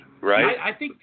Right